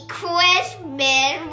Christmas